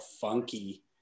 funky